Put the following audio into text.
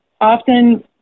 often